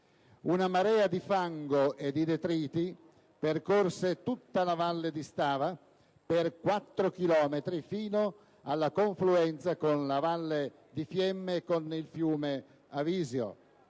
Una marea di fango e di detriti percorse tutta la Val di Stava per quattro chilometri, fino alla confluenza con la Val di Fiemme e con il fiume Avisio.